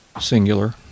singular